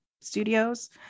studios